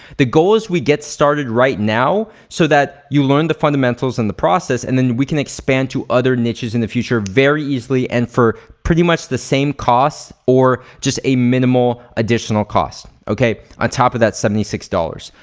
the goal is we get started right now so that you learn the fundamentals and the process and then we can expand to other niches in the future very easily and for pretty much the same cost or just a minimal additional cost, okay? on top of that seventy six dollars.